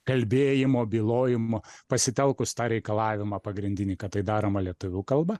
kalbėjimo bylojimo pasitelkus tą reikalavimą pagrindinį kad tai daroma lietuvių kalba